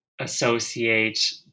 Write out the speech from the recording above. associate